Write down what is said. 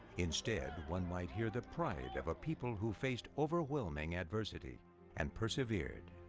instead one might hear the pride of a people who faced overwhelming adversity and persevered.